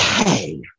okay